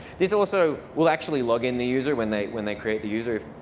this also will actually log in the user when they when they create the user,